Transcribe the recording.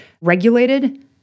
regulated